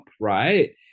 right